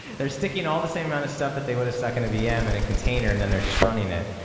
they're sticking all the same amount of stuff that they would have stuck in a vm in a container and then they're just running it,